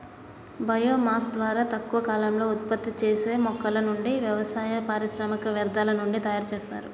bio mass ద్వారా తక్కువ కాలంలో ఉత్పత్తి చేసే మొక్కల నుండి, వ్యవసాయ, పారిశ్రామిక వ్యర్థాల నుండి తయరు చేస్తారు